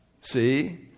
See